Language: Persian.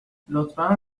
لطفا